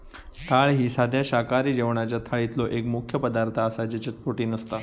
डाळ ही साध्या शाकाहारी जेवणाच्या थाळीतलो एक मुख्य पदार्थ आसा ज्याच्यात प्रोटीन असता